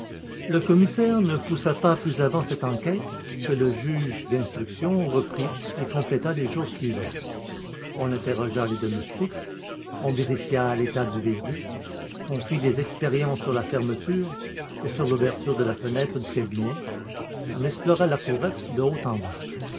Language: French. le commissaire ne poussa pas plus avant cette enquête que le juge d'instruction reprit et compléta les jours suivants on interrogea les domestiques on vérifia l'état du verrou on fit des expériences sur la fermeture et sur l'ouverture de la fenêtre du cabinet on explora la courette de haut en bas